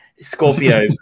Scorpio